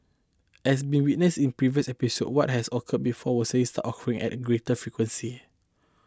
as been witnessed in previous episodes what has occurred before will occurring at a greater frequency